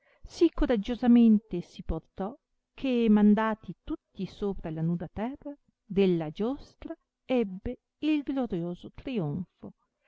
sì coraggiosamente si portò che mandati tutti sopra la nuda terra della giostra ebbe il glorioso trionfo